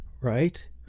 right